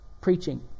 preaching